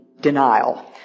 denial